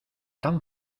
tan